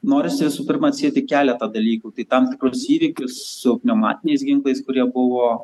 norisi visų pirma atsieti keletą dalykų tai tam tikrus įvykius su pneumatiniais ginklais kurie buvo